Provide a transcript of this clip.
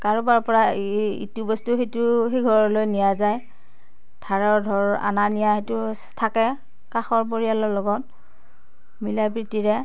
কাৰোবাৰ পৰা ইটো বস্তু সিঘৰলৈ নিয়া যায় ধৰ আনা নিয়া সেইটোও থাকে কাষৰ পৰিয়ালৰ লগত মিলাপ্ৰীতিৰে